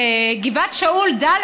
גבעת שאול ד',